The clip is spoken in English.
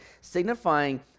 signifying